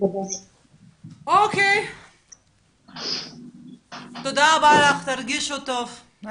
אוקיי תודה רבה לך, תרגישו טוב.